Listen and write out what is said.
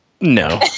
No